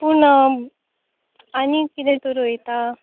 पूण आनी कितें तूं रोयता